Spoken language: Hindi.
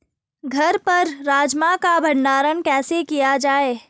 घर पर राजमा का भण्डारण कैसे किया जाय?